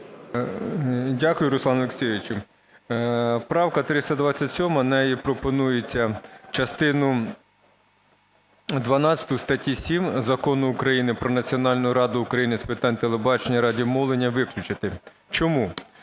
Дякую, Руслан Олексійович. Правка 327, нею пропонується частину дванадцяту статті 7 Закону України "Про Національну раду України з питань телебачення і радіомовлення" виключити. Чому?